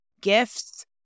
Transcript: gifts